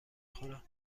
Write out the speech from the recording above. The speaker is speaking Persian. خورم